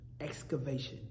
excavation